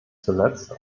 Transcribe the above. zuletzt